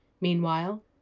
Meanwhile